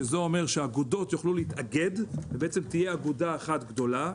שזה אומר שאגודות יוכלו להתאגד ובעצם תהיה אגודה אחת גדולה.